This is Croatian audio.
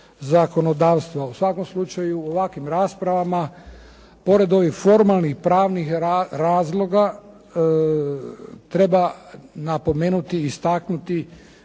U svakom slučaju u ovakvim raspravama pored ovih formalnih i pravnih razloga, treba napomenuti, istaknuti